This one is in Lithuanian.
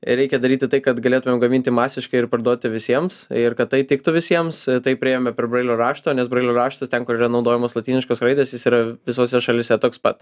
reikia daryti tai kad galėtumėm gaminti masiškai ir parduoti visiems ir kad tai tiktų visiems taip priėjome prie brailio rašto nes brailio raštas ten kur yra naudojamos lotyniškos raidės jis yra visose šalyse toks pat